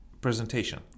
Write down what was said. presentation